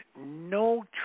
No